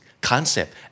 concept